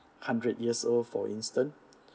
hundred years old for instance